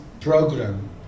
program